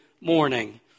morning